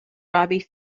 robbie